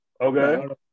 Okay